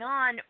on